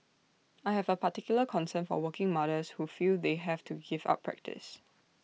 I have A particular concern for working mothers who feel they have to give up practice